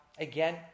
Again